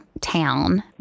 town